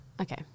Okay